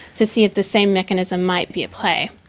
to see if the same mechanism might be at play.